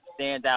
standout